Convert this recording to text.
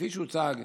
כפי שהוצג,